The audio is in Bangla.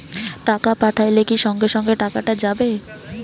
টাকা পাঠাইলে কি সঙ্গে সঙ্গে টাকাটা যাবে?